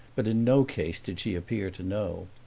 but in no case did she appear to know.